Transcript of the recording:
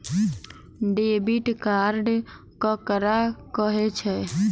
Debit card ककरा कहै छै?